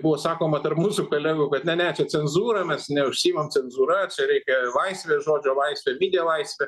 buvo sakoma tarp mūsų kolegų kad ne ne čia cenzūra mes neužsiimam cenzūra čia reikia laisvė žodžio laisvė video laisvė